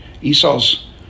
Esau's